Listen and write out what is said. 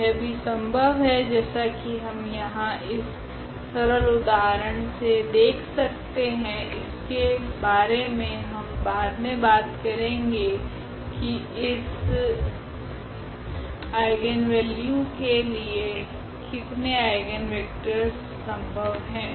तो यह भी संभव है जैसा की हम यहा इस सरल उदाहरण से देख सकते है इसके बारे मे हम बाद मे बात करेगे की इस 1 आइगनवेल्यू के लिए कितने आइगनवेक्टरस संभव है